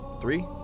Three